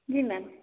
जी ma'am